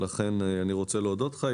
לכן אני רוצה להודות לך.